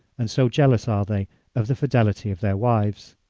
and so jealous are they of the fidelity of their wives.